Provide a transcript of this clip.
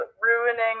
ruining